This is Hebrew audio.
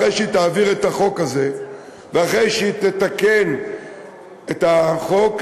אחרי שהיא תעביר את החוק הזה ואחרי שהיא תתקן את החוק,